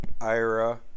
Ira